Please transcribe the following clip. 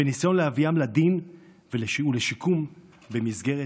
בניסיון להביאם לדין ולשיקום במסגרת